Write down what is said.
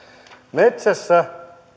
metsässä